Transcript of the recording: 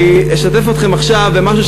אני אשתף אתכם עכשיו במשהו,